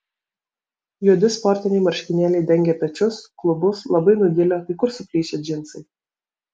juodi sportiniai marškinėliai dengė pečius klubus labai nudilę kai kur suplyšę džinsai